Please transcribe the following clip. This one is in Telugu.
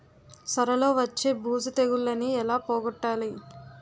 సొర లో వచ్చే బూజు తెగులని ఏల పోగొట్టాలి?